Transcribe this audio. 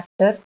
actor